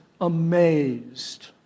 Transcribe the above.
amazed